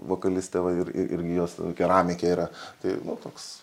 vokalistė va ir irgi jos keramikė yra tai va toks